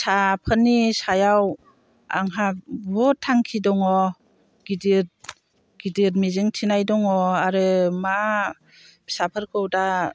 फिसाफोरनि सायाव आंहा बहुद थांखि दङ गिदिर गिदिर मिजिंथिनाय दङ आरो मा फिसाफोरखौ दा